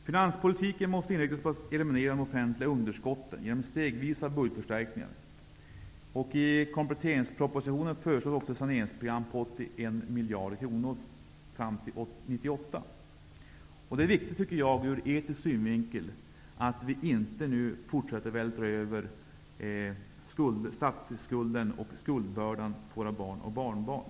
Finanspolitiken måste inriktas på att eliminera de offentliga underskotten, genom stegvisa budgetförstärkningar. I kompletteringspropositionen föreslås ett saneringsprogram på 81 miljarder kronor fram till 1998. Ur etisk synvinkel tycker jag att det är viktigt att vi inte fortsätter att vältra över statsskulden och skuldbördan på våra barn och barnbarn.